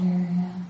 area